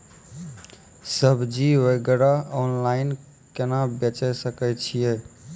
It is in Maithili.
सब्जी वगैरह ऑनलाइन केना बेचे सकय छियै?